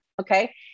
okay